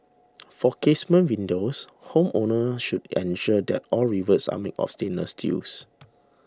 for casement windows homeowners should ensure that all rivets are made of stainless steels